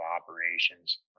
operations